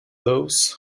those